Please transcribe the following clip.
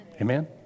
Amen